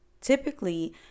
Typically